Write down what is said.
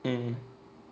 mm